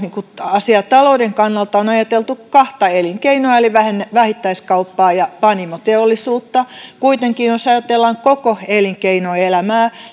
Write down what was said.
asiaa talouden kannalta on ajateltu kahta elinkeinoa eli vähittäiskauppaa ja panimoteollisuutta kuitenkin jos ajatellaan koko elinkeinoelämää